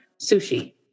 sushi